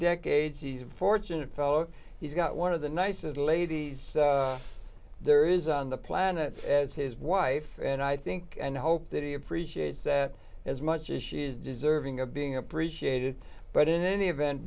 decades he's fortunate fellow he's got one of the nicest ladies there is on the planet as his wife and i think and hope that he appreciates that as much as she is deserving of being appreciated but in any event